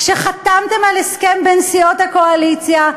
כשחתמתם על הסכם בין סיעות הקואליציה,